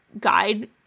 guide